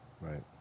right